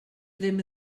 ddim